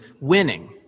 winning